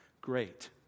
great